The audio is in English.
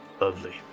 Lovely